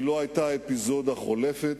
היא לא היתה אפיזודה חולפת,